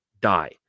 die